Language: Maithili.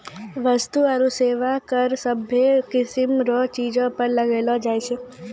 वस्तु आरू सेवा कर सभ्भे किसीम रो चीजो पर लगैलो जाय छै